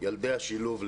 ילדי השילוב,